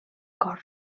cor